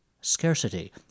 Scarcity